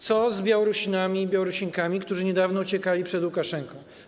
Co z Białorusinami i Białorusinkami, którzy niedawno uciekali przed Łukaszenką?